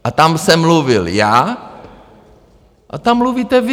A tam jsem mluvil já a tam mluvíte vy.